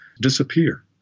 disappear